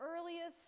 earliest